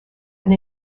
and